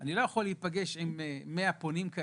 אני לא יכול להיפגש עם 100 פונים,